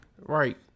Right